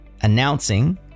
announcing